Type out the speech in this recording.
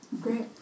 Great